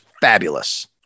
fabulous